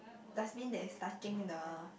dustbin that is touching the